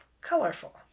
colorful